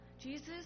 Jesus